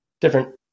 different